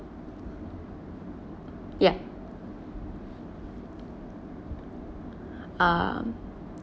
ya uh